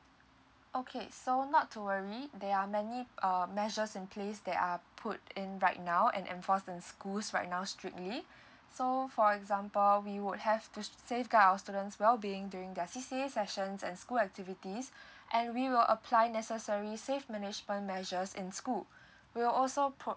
okay so not to worry there are many uh measures in place that I'll put in right now and enforce in schools right now strictly so for example we would have to safeguard our students well being during their C_C_A sessions and during their school activities and we will apply necessary safe management measures in school we will also pro~